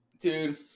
dude